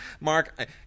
Mark